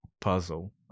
puzzle